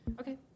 Okay